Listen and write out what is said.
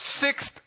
sixth